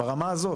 ברמה הזו.